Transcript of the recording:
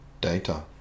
Data